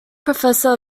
professor